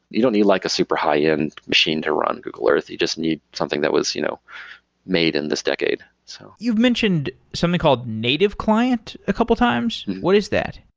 you don't need like a super high-end machine to run google earth. you just need something that was you know made in this decade so you've mentioned something called native client a couple times. what is that?